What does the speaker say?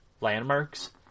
Landmarks